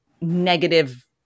negative